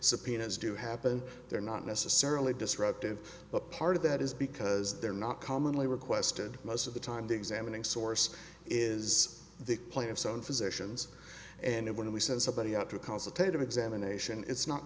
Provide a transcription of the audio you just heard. subpoenas do happen they're not necessarily disruptive but part of that is because they're not commonly requested most of the time the examining source is the plaintiff's own physicians and when we send somebody out to cause a tentative examination it's not